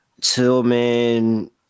Tillman